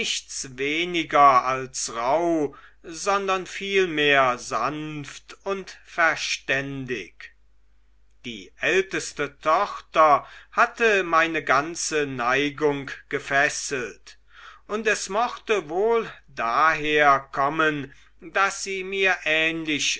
weniger als rauh sondern vielmehr sanft und verständig die älteste tochter hatte meine ganze neigung gefesselt und es mochte wohl daher kommen weil sie mir ähnlich